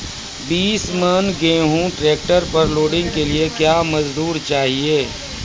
बीस मन गेहूँ ट्रैक्टर पर लोडिंग के लिए क्या मजदूर चाहिए?